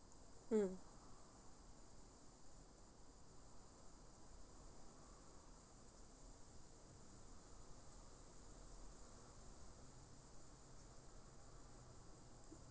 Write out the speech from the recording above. mm